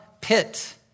pit